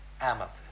amethyst